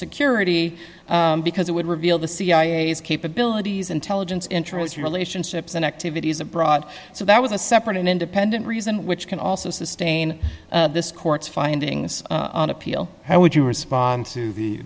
security because it would reveal the cia's capabilities intelligence interests relationships and activities abroad so that was a separate and independent reason which can also sustain this court's findings on appeal how would you respond to the